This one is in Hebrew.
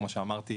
כמו שאמרתי,